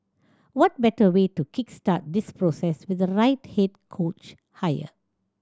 what better way to kick start this process with the right head coach hire